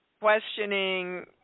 questioning